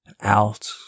out